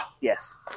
Yes